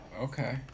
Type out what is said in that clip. Okay